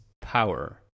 power